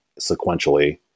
sequentially